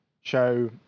show